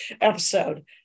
episode